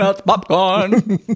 popcorn